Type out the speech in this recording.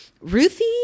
Ruthie